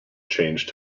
changed